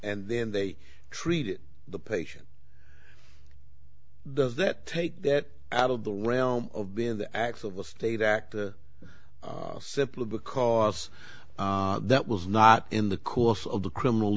then they treated the patient does that take that out of the realm of being the acts of the state act simply because that was not in the course of the criminal